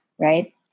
right